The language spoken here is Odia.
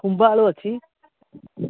ଖୁମ୍ଭ ଆଳୁ ଅଛି